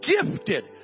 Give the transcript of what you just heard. gifted